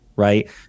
Right